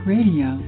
Radio